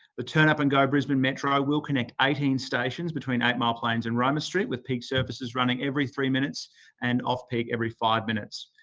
the turn-up-and-go brisbane metro will connect eighteen stations between eight mile plains and roma street, with peak services running every three minutes and off peak every five minutes.